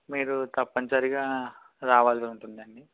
మీరు తప్పనిసరిగా రావాల్సి ఉంటుంది అండి